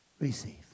receive